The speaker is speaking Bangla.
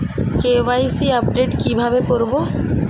কে.ওয়াই.সি আপডেট কি ভাবে করবো?